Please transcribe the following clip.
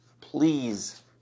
Please